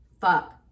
fuck